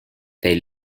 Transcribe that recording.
they